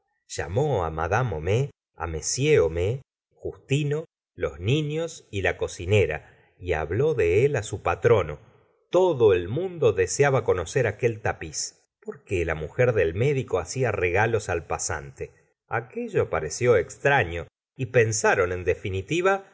pálido llamó mad homais m homais justino los niños y la cocinera y habló de él su patrono todo el mundo deseaba conocer aquel tapiz por qué la mujer del médico hacia regalos al pasante aquello pareció extraño y pensaron en definitiva